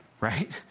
Right